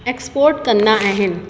export कंदा आहिनि